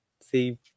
see